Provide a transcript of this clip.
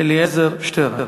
אלעזר שטרן,